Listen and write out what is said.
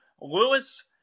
Lewis